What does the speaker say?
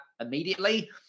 immediately